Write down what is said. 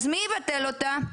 אז מי יבטל אותה?